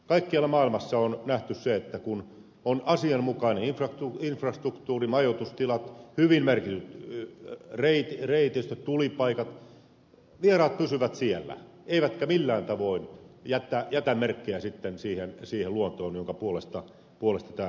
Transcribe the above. kaikkialla maailmassa on nähty se että kun on asianmukainen infrastruktuuri majoitustilat hyvin merkityt reitistöt tulipaikat vieraat pysyvät siellä eivätkä millään tavoin jätä merkkejä sitten siihen luontoon jonka puolesta täällä puhutaan